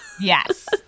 Yes